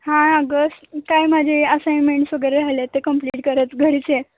हा अगं काय माझे असाईनमेंट्स वगैरे झालेत ते कंप्लीट करत घरीच आहे